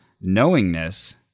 knowingness